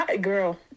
Girl